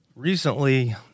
Recently